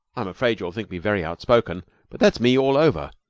i'm afraid you'll think me very outspoken but that's me all over.